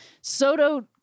Soto